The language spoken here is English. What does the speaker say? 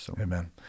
amen